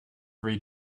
read